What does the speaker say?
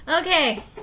okay